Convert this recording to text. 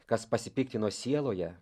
kas pasipiktino sieloje